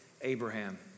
Abraham